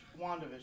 WandaVision